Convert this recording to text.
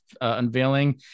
unveiling